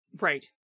Right